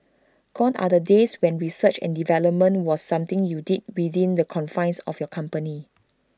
gone are the days when research and development was something you did within the confines of your company